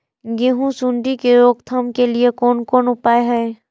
गेहूँ सुंडी के रोकथाम के लिये कोन कोन उपाय हय?